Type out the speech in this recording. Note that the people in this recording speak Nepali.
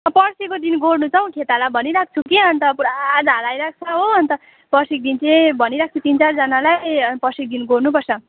पर्सीको दिन गोड्नु छ हौ खेताला भनिरहेको छु कि अन्त पुरा झार आइरहेको छ हो अन्त पर्सीको दिन चाहिँ भनिरहेको छु तिन चारजनालाई पर्सीको दिन गोड्नु पर्छ